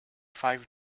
five